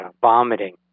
vomiting